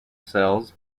cells